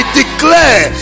declare